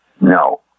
No